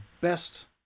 best